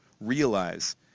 realize